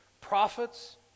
prophets